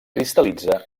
cristal·litza